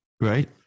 right